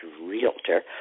realtor